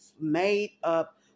made-up